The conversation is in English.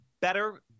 better